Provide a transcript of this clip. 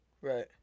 Right